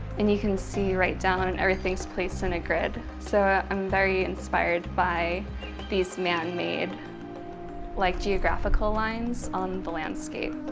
and you can see right down, and everything's placed in a grid. so, i'm very inspired by these man made like geographical lines on the landscape.